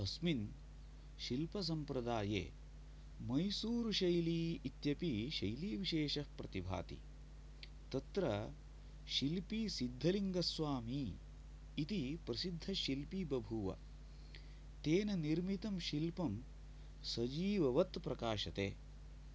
अस्मिन् शिल्पसम्प्रदाये मैसूर्शैली इत्यपि शैलीविशेष प्रतिभाति तत्र शिल्पि सिद्धलिङ्गस्वामि इति प्रसिद्ध शिल्पि बभूव तेन निर्मितं शिल्पं सजीववत् प्रकाशते